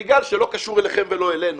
זה בגלל שלא קשור אליכם ולא אלינו,